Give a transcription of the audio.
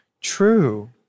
True